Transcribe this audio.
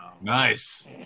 Nice